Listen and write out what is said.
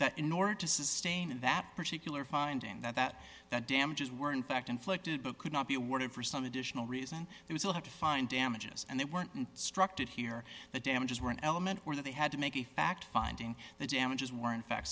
that in order to sustain in that particular finding that the damages were in fact inflicted but could not be awarded for some additional reason they will have to find damages and they weren't and structed here the damages were an element where they had to make a fact finding that damages were in fact